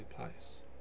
place